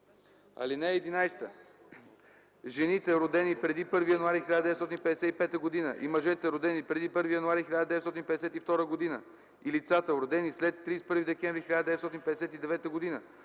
ал. 1. (11) Жените, родени преди 1 януари 1955 г., и мъжете, родени преди 1 януари 1952 г., и лицата, родени след 31 декември 1959 г.,